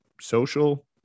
social